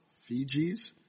Fijis